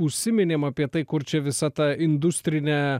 užsiminėm apie tai kur čia visa ta industrinė